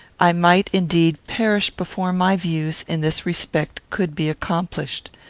i might, indeed, perish before my views, in this respect, could be accomplished.